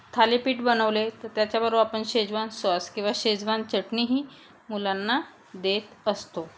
थालीपीठ बनवले तर त्याच्याबरोबर आपण सेजवान सॉस किंवा सेजवान चटणीही मुलांना देत असतो